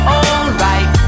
alright